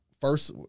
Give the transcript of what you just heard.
first